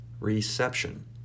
Reception